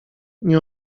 nie